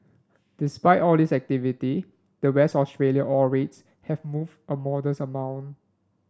despite all this activity the West Australia ore rates have moved a modest amount